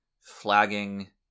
flagging